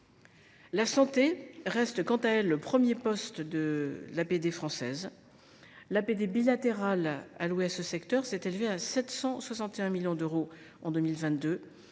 La santé reste quant à elle le premier poste de l’APD française. L’APD bilatérale allouée à ce secteur s’est élevée à 761 millions d’euros en 2022,